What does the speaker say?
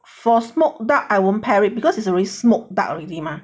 for smoked duck I won't pair it because it's already smoked duck already mah